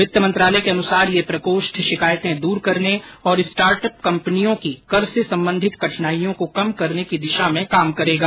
वित्त मंत्रालय के अनुसार यह प्रकोष्ठ शिकायतें दूर करने और स्टार्ट अप कंपनियों की कर से संबंधित कठिनाईयों को कम करने की दिशा में काम करेगा